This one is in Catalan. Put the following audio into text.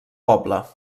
poble